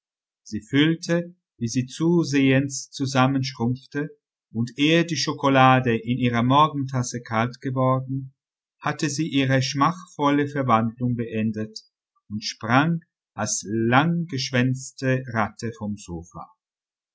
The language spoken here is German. sie fühlte wie sie zusehends zusammenschrumpfte und ehe die schokolade in ihrer morgentasse kalt geworden hatte sie ihre schmachvolle verwandlung beendet und sprang als langgeschwänzte ratte vom sofa